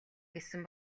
гэсэн